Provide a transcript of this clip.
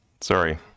Sorry